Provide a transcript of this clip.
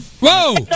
Whoa